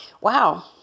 Wow